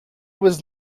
was